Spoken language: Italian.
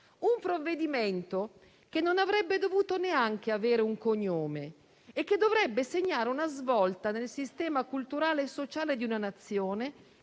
un provvedimento che non avrebbe dovuto neanche avere un cognome e che dovrebbe segnare una svolta nel sistema culturale e sociale di una Nazione,